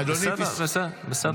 --- בסדר, בסדר.